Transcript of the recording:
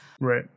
Right